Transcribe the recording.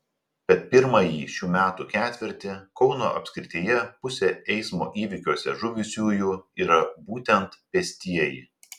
per pirmąjį šių metų ketvirtį kauno apskrityje pusė eismo įvykiuose žuvusiųjų yra būtent pėstieji